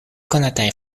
konataj